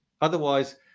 Otherwise